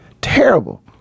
Terrible